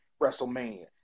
WrestleMania